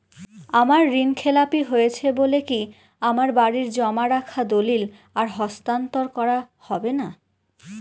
আমার ঋণ খেলাপি হয়েছে বলে কি আমার বাড়ির জমা রাখা দলিল আর হস্তান্তর করা হবে না?